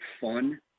fun